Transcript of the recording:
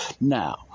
Now